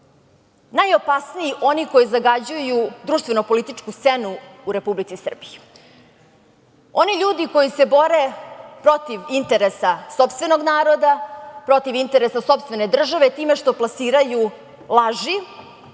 najopasniji oni koji zagađuju društveno-političku scenu u Republici Srbiji. Oni ljudi koji se bore protiv interesa sopstvenog naroda, protiv interesa sopstvene države time što plasiraju laži,